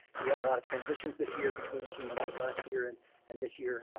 we had a lot of transitions this year between team members last year and and this year,